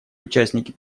участники